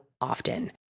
often